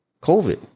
COVID